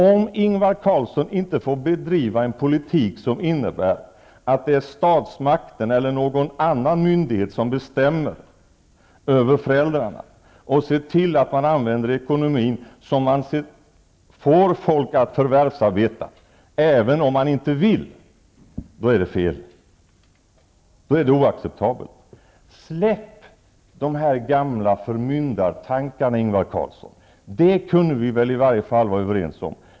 Om Ingvar Carlsson inte får bedriva en politik som innebär att det är statsmakten eller någon annan myndighet som bestämmer över föräldrarna och ser till att ekonomin används så, att man får folk att förvärvsarbeta även om viljan inte finns, är det fel -- då är det oacceptabelt. Släpp de här gamla förmyndartankarna, Ingvar Carlsson! På den punkten kan vi väl i alla fall vara överens.